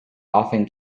often